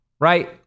right